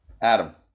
Adam